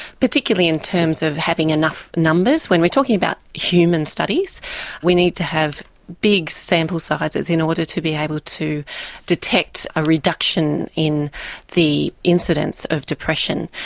particularly in terms of having enough numbers. when we're talking about human studies we need to have big sample sizes in order to be able to detect a reduction in the incidence of depression.